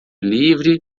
livre